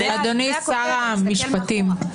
אדוני שר המשפטים,